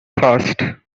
fast